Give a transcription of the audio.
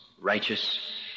righteous